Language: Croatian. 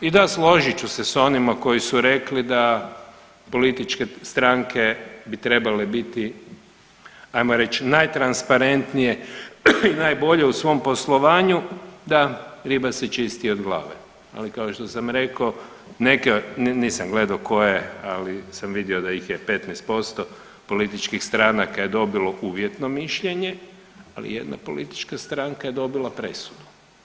I da složit ću se s onima koji su rekli da političke stranke bi trebale biti ajmo reći najtransparentnije i najbolje u svom poslovanju, da riba se čisti od glave, ali kao što sam rekao, neke nisam gledao koje ali sam vidio da ih je 15% političkih stranaka je dobilo uvjetno mišljenje, ali jedna politička stranka je dobila presudu.